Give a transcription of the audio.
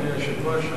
אדוני היושב-ראש,